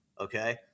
okay